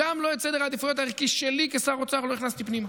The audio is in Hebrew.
גם את סדר העדיפויות הערכי שלי כשר אוצר לא הכנסתי פנימה.